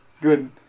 good